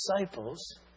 disciples